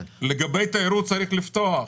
לגבי התיירות, צריך לפתוח.